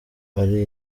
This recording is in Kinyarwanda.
ari